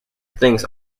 things